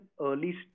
early